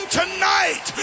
tonight